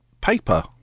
paper